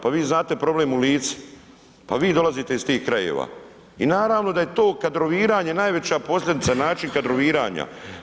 Pa vi znate problem u Lici, pa vi dolazite iz tih krajeva i naravno da je to kadroviranje najveća posljedica način kadroviranja.